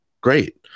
Great